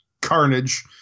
carnage